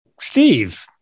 Steve